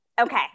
okay